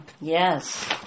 Yes